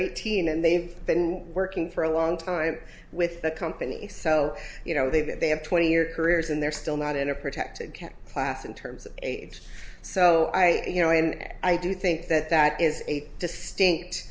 eighteen and they've been working for a long time with the company so you know they that they have twenty year career is and they're still not in a protected camp class in terms of age so i you know and i do think that that is a distinct